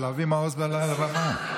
אבל אבי מעוז כבר עלה על הבמה.